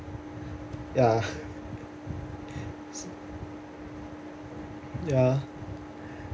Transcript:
ya ya